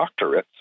doctorates